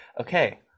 Okay